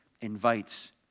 invites